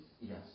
Yes